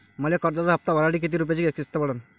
मले कर्जाचा हप्ता भरासाठी किती रूपयाची किस्त पडन?